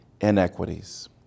inequities